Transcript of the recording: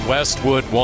Westwood